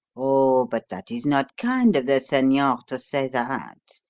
oh, but that is not kind of the senor to say that,